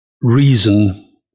reason